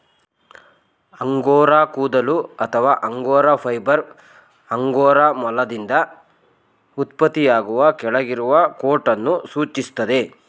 angora ಕೂದಲು ಅಥವಾ angora fibre angora ಮೊಲದಿಂದ ಉತ್ಪತ್ತಿಯಾಗುವ ಕೆಳಗಿರುವ ಕೋಟನ್ನು ಸೂಚಿಸ್ತದೆ